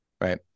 Right